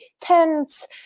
tents